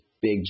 big